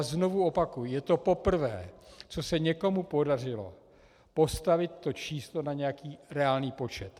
Znovu opakuji, je to poprvé, co se někomu podařilo postavit to číslo na nějaký reálný počet.